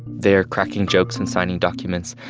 they're cracking jokes and signing documents,